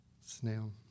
Snail